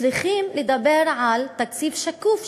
צריכים לדבר על תקציב שקוף,